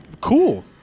cool